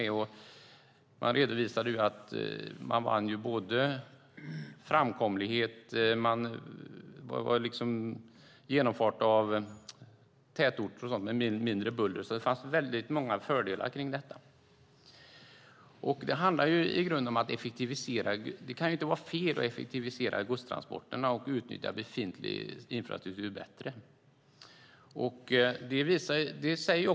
Det redovisades att man vann framkomlighet och att genomfart av tätorter skedde med mindre buller. Det fanns väldigt många fördelar kring detta. I grunden handlar det om att effektivisera. Det kan inte vara fel att effektivisera godstransporterna och utnyttja befintlig infrastruktur bättre.